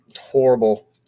horrible